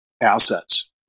assets